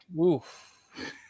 Oof